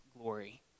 glory